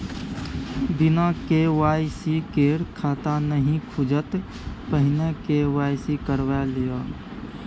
बिना के.वाई.सी केर खाता नहि खुजत, पहिने के.वाई.सी करवा लिअ